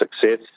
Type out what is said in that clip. success